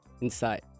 inside